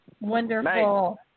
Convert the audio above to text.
Wonderful